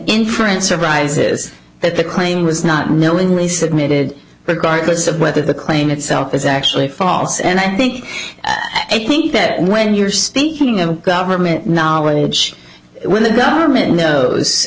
inference arises that the claim was not knowingly submitted regardless of whether the claim itself is actually false and i think i think that when you're speaking of government knowledge when the government knows